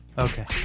Okay